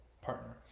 partner